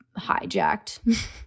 hijacked